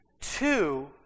two